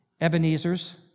Ebenezer's